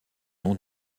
nom